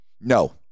No